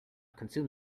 consume